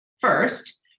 first